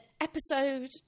episode